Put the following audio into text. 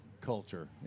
culture